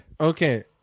Okay